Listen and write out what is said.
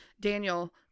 Daniel